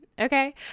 okay